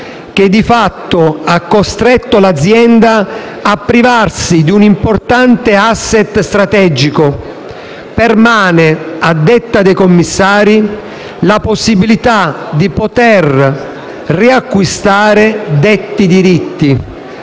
che di fatto ha costretto l'azienda a privarsi di un importante *asset* strategico, permane, a detta dei commissari, la possibilità di poter riacquistare detti diritti